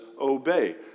obey